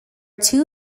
two